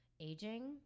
aging